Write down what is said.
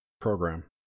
program